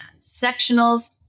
sectionals